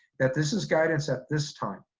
that this is guidance at this time.